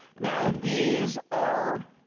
now these are